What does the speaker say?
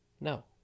No